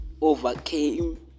overcame